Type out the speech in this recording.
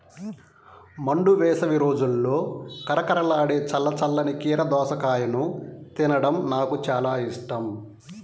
మండు వేసవి రోజుల్లో కరకరలాడే చల్ల చల్లని కీర దోసకాయను తినడం నాకు చాలా ఇష్టం